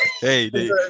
Hey